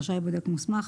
רשאי בודק מוסמך